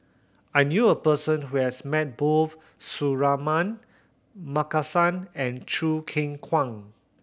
I knew a person who has met both Suratman Markasan and Choo Keng Kwang